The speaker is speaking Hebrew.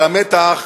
על המתח